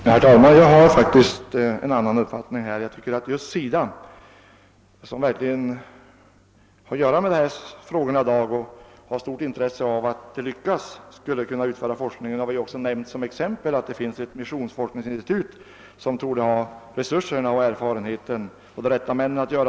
Herr talman! Jag har faktiskt en annan uppfattning. Jag tycker att SIDA, som verkligen sysslar med dessa frågor dagligen och har stort intresse av att det lyckas, borde utföra forskningen. Jag har också nämnt som exempel att det finns ett missionsforskningsinstitut som torde ha resurserna och erfarenheten och de rätta männen.